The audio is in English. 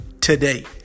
today